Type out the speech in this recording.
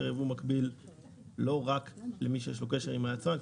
ייבוא מקביל לא רק למי שיש לו קשר עם היצרן,